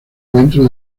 dentro